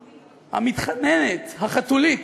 המתחננת, החתולית,